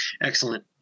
Excellent